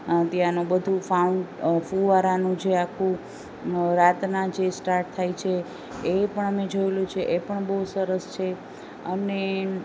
ત્યાંનું બધુ ફાઉન્ટ ફૂવારાનું જે આખું રાતના જે સ્ટાર્ટ થાય છે એ પણ અમે જોયેલું છે એ પણ બહુ સરસ છે અને